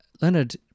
Leonard